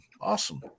Awesome